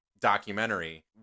documentary